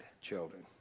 children